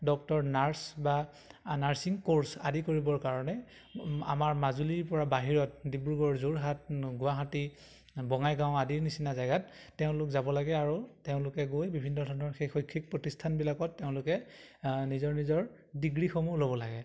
doctor nurse বা nursing course আদি কৰিবৰ কাৰণে আমাৰ মাজুলীৰপৰা বাহিৰত ডিব্ৰুগড় যোৰহাট গুৱাহাটী বঙাইগাঁও আদিৰ নিচিনা জেগাত তেওঁলোক যাব লাগে আৰু তেওঁলোকে গৈ বিভিন্ন ধৰণৰ সেই শৈক্ষিক প্ৰতিষ্ঠানবিলাকত তেওঁলোকে নিজৰ নিজৰ ডিগ্ৰীসমূহ ল'ব লাগে